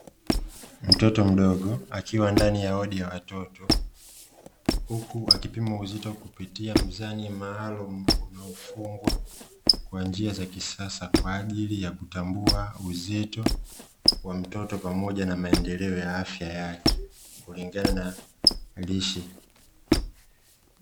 Mtoto mdogo akiwa ndani ya wodi ya watoto, huku akipimwa uzito kupitia mzani maalumu unaofungwa kwa njia za kisasa, kwa ajili ya kutambua uzito wa mtoto, pamoja na maendeleo ya afya yake kulingana na lishe.